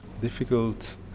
difficult